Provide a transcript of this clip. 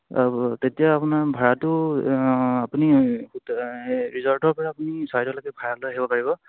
তেতিয়া আপোনাৰ ভাড়াটো আপুনি ৰিজৰ্টৰ পৰা আপুনি চৰাইদেউলৈকে ভাড়া লৈ আহিব পাৰিব